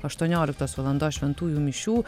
aštuonioliktos valandos šventųjų mišių